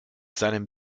seinem